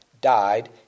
died